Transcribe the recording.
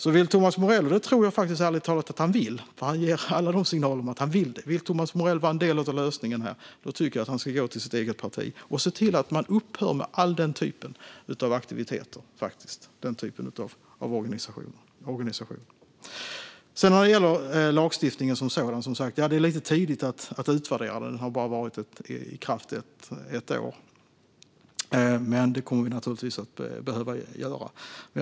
Om Thomas Morell vill vara en del av lösningen - det tror jag ärligt talat att han vill, för han ger alla signaler om det - tycker jag att han ska gå till sitt eget parti och se till att man upphör med alla sådana aktiviteter och sådan organisering. Det är lite tidigt att utvärdera lagstiftningen som sådan. Den har varit i kraft under endast ett år. Men vi kommer naturligtvis att behöva göra detta.